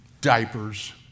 diapers